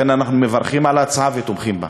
אנחנו מברכים על ההצעה ותומכים בה.